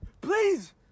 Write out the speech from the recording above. Please